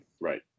Right